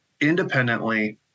independently